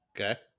Okay